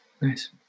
Nice